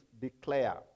declare